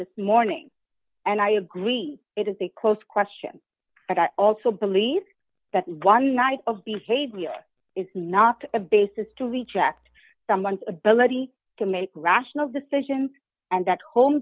this morning and i agree it is a close question but i also believe that one night of behavior is not a basis to reject someone's ability to make rational decisions and that ho